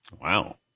Wow